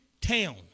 town